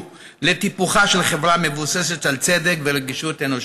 לטיפוחה של חברה מבוססת על צדק ורגישות אנושית.